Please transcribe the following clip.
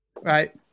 Right